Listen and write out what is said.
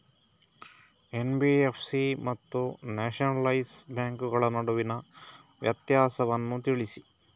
NBFC ಮತ್ತು nationalise ಬ್ಯಾಂಕುಗಳ ನಡುವಿನ ವ್ಯತ್ಯಾಸವನ್ನು ತಿಳಿಸಿ?